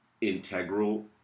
integral